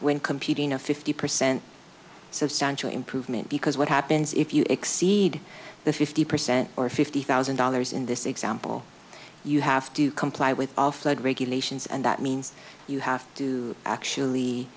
when computing a fifty percent substantial improvement because what happens if you exceed the fifty percent or fifty thousand dollars in this example you have to comply with all flood regulations and that means you have to actually